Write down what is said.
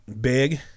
big